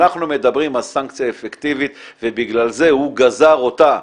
אנחנו מדברים על סנקציה אפקטיבית ובגלל זה הוא גזר אותה,